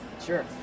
Sure